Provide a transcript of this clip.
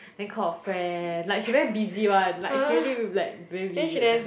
then call her friend like she very busy [one] like she really like very busy that time